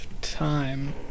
time